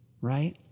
Right